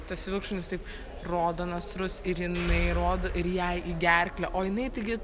tas vilkšunis taip rodo nasrus ir jinai rodo ir jai į gerklę o jinai taigi